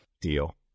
deal